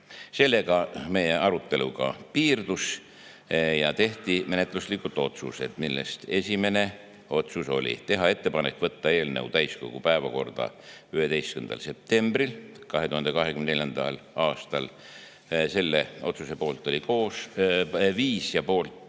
Sellega meie arutelu ka piirdus. Ja tehti menetluslikud otsused. Esimene otsus oli teha ettepanek võtta eelnõu täiskogu päevakorda 11. septembril 2024. aastal. Selle otsuse poolt oli 5 ja vastu